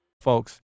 Folks